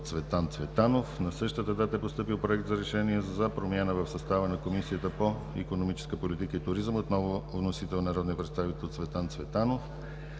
Цветан Цветанов. На същата дата е постъпил Проект за решение за промяна в състава на Комисията по икономическата политика и туризъм. Вносител е народният представител Цветан Цветанов.